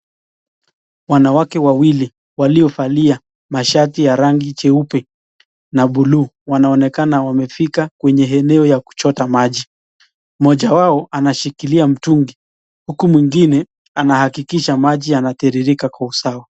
Wanawake wawili waliovalia mashati ya rangi cheupe na blue ,wanaonekana wamefika kwenye eneo ya kuchota maji, moja wao anashikilia mtungi, huko mwingine anahakikisha maji yanatiririka kwa usawa.